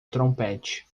trompete